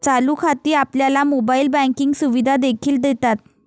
चालू खाती आपल्याला मोबाइल बँकिंग सुविधा देखील देतात